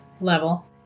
level